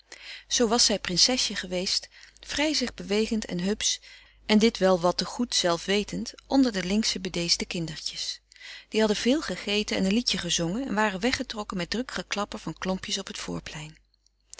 zoo was zij prinsesje geweest vrij zich bewegend en hupsch en dit wel wat te goed zelf wetend onder de linksche bedeesde kindertjes die hadden veel gegeten en een liedje gezongen en waren weggetrokken met druk geklapper van klompjes op t voorplein